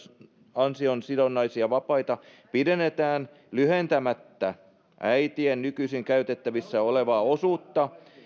ansiosidonnaisia vapaita pidennetään lyhentämättä äitien nykyisin käytettävissä olevaa osuutta